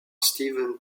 steven